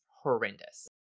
horrendous